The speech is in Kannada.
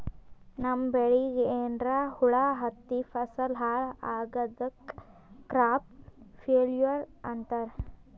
ನಮ್ಮ್ ಬೆಳಿಗ್ ಏನ್ರಾ ಹುಳಾ ಹತ್ತಿ ಫಸಲ್ ಹಾಳ್ ಆಗಾದಕ್ ಕ್ರಾಪ್ ಫೇಲ್ಯೂರ್ ಅಂತಾರ್